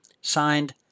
Signed